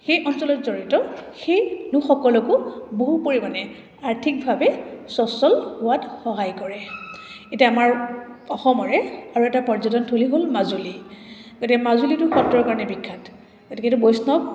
সেই অঞ্চলত জড়িত সেই লোকসকলকো বহু পৰিমাণে আৰ্থিকভাৱে সচ্ছল হোৱাত সহায় কৰে এতিয়া আমাৰ অসমৰে আৰু এটা পৰ্যটনথলী হ'ল মাজুলী গতিকে মাজুলীটো সত্ৰৰ কাৰণে বিখ্যাত গতিকে এইটো বৈষ্ণৱ